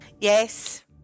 Yes